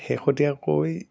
শেহতীয়াকৈ